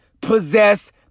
possess